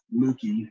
Mookie